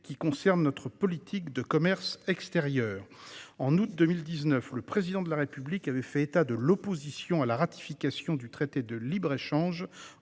qui concerne notre politique de commerce extérieur. En août 2019, le Président de la République a fait état de son opposition à la ratification du traité de libre-échange